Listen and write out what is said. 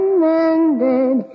mended